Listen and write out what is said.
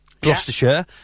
Gloucestershire